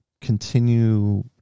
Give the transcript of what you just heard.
continue